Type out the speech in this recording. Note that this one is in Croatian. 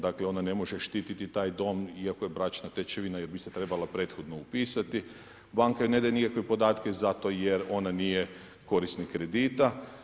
Dakle, ona ne može štiti taj dom, iako je bračna tečevina jer bi se trebala prethodno upisati, banka ne daje nikakve podatke, zato jer on nije korisnik kredita.